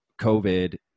COVID